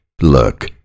Look